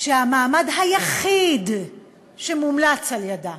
שהמועמד היחיד שמומלץ על-ידיה